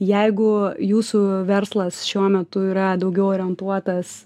jeigu jūsų verslas šiuo metu yra daugiau orientuotas